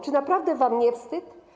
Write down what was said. Czy naprawdę wam nie wstyd?